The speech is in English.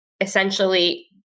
essentially